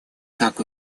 как